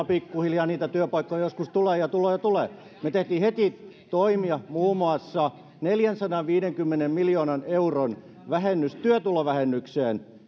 pikkuhiljaa niitä työpaikkoja joskus tulee ja tulee ja tulee me teimme heti toimia muun muassa neljänsadanviidenkymmenen miljoonan euron vähennyksen työtulovähennykseen